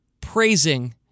praising